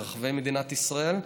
ברחבי מדינת ישראל.